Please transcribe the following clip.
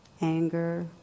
anger